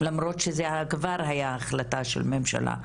למרות שזה כבר היתה החלטה של ממשלה.